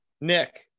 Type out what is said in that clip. Nick